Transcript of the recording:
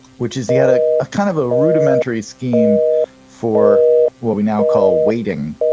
which is he had ah a kind of ah rudimentary scheme for what we now call weighting,